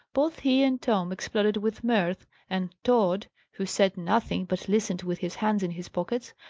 both he and tom exploded with mirth and tod, who said nothing, but listened with his hands in his pockets,